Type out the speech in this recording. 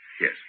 Yes